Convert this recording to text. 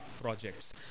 projects